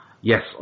yes